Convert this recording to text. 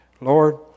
Lord